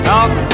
Talk